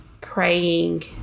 praying